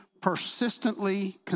persistently